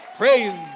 praise